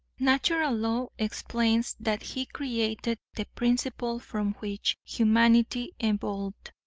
natural law explains that he created the principle from which humanity evolved,